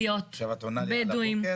עכשיו את עונה לי על הבוקר?